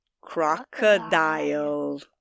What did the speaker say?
crocodile